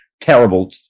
Terrible